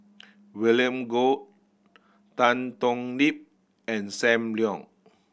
William Goode Tan Thoon Lip and Sam Leong